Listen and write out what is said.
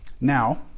Now